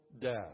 death